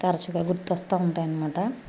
తరచుగా గుర్తు వస్తు ఉంటాయి అన్నమాట